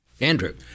Andrew